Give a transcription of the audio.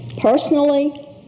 Personally